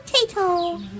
Potato